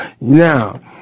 Now